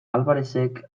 alvarerezek